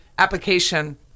application